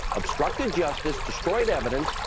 obstructed justice, destroyed evidence,